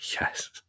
Yes